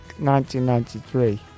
1993